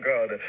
God